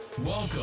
Welcome